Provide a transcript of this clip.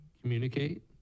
communicate